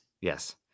Yes